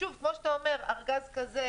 כמו שאתה אומר, ארגז כזה,